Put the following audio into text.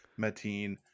Mateen